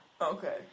Okay